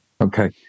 okay